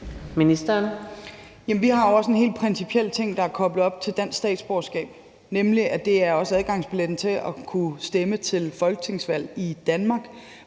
vi har jo også en helt principiel ting, der er koblet op til dansk statsborgerskab, nemlig at det også er adgangsbilletten til at kunne stemme til folketingsvalg i Danmark,